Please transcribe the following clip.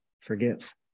forgive